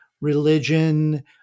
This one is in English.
religion